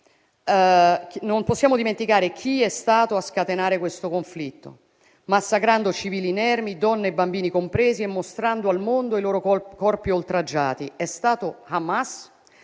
non possiamo dimenticare chi è stato a scatenare questo conflitto, massacrando civili inermi, donne e bambini compresi, e mostrando al mondo i loro corpi oltraggiati. È stato Hamas